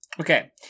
Okay